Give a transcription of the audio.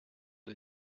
par